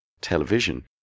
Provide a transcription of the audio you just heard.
television